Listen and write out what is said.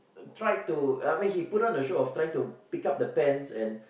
tried to I mean he put on a show of trying to pick up the pens and